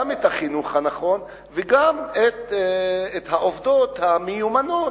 את החינוך הנכון וגם את העובדות המיומנות